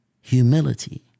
Humility